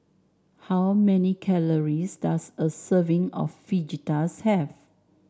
how many calories does a serving of Fajitas have